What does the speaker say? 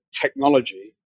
technology